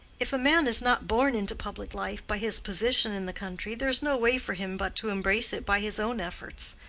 if a man is not born into public life by his position in the country, there's no way for him but to embrace it by his own efforts.